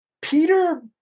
Peter